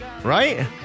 Right